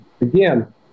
again